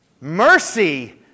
Mercy